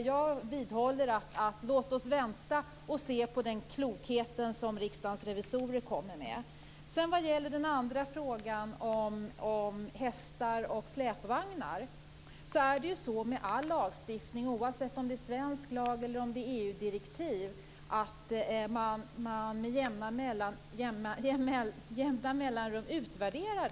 Jag vidhåller alltså att vi bör vänta tills vi får del av den klokhet som Riksdagens revisorer förser oss med. Vad gäller den andra frågan, om hästar och släpvagnar, är det så med all lagstiftning - oavsett om det gäller svensk lag eller EU-direktiv - att den med jämna mellanrum utvärderas.